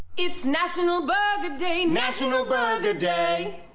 it's national burger day, national burger day.